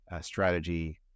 Strategy